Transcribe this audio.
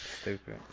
Stupid